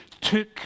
took